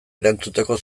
erantzuteko